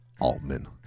Altman